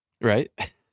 right